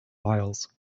miles